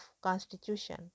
constitution